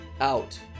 out